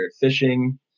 fishing